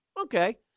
okay